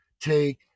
take